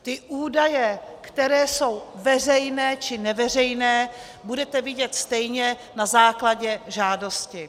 Ty údaje, které jsou veřejné, či neveřejné, budete vidět stejně na základě žádosti.